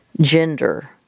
gender